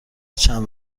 چند